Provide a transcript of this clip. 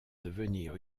devenir